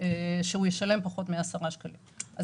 שהוא ישלם פחות מ-10 שקלים.